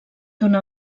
donar